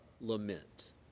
lament